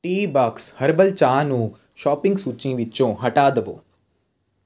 Teabox herbal ਚਾਹ ਨੂੰ shopping ਸੂਚੀ ਵਿੱਚੋਂ ਹਟਾ ਦਵੋ